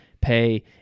pay